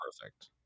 perfect